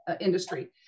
industry